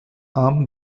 arm